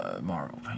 Marvel